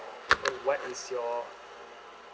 what is your